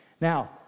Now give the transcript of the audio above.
Now